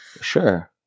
sure